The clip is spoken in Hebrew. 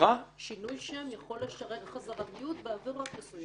שינוי שם יכול לשרת חזרתיות בעבירות מסוימות.